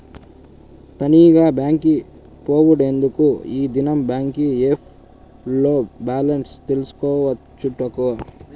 తనీగా బాంకి పోవుడెందుకూ, ఈ దినం బాంకీ ఏప్ ల్లో బాలెన్స్ తెల్సుకోవచ్చటగా